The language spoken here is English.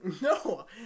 No